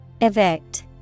Evict